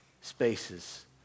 spaces